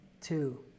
two